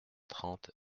trente